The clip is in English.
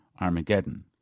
Armageddon